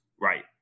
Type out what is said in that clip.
Right